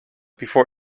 before